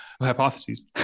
hypotheses